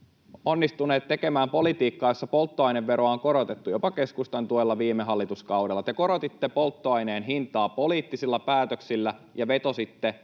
onnistuneet tekemään politiikkaa, jossa polttoaineveroa on korotettu, jopa keskustan tuella viime hallituskaudella. Te korotitte polttoaineen hintaa poliittisilla päätöksillä ja vetositte samassa